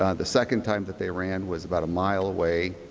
ah the second time that they ran was about a mile away.